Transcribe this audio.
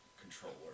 controller